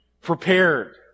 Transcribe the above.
prepared